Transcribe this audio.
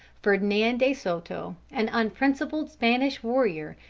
ferdinand de soto, an unprincipled spanish warrior,